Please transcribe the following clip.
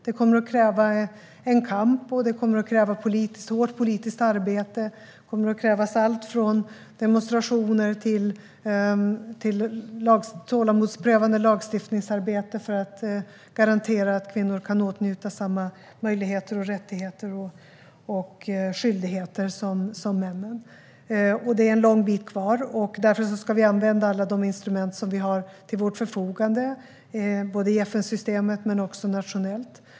Det kommer att krävas kamp och hårt politiskt arbete. Det kommer att krävas allt från demonstrationer till tålamodsprövande lagstiftningsarbete för att garantera att kvinnor kan åtnjuta samma möjligheter, rättigheter och skyldigheter som män. Det är en lång väg kvar. Därför ska vi använda alla de instrument som vi har till vårt förfogande, både i FN-systemet och nationellt.